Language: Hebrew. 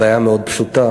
הבעיה מאוד פשוטה: